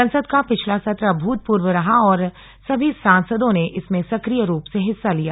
संसद का पिछला सत्र अभूतपूर्व रहा और सभी सांसदों ने इसमें सक्रिय रूप से हिस्सा लिया